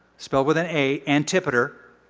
spelled with an a, antipater.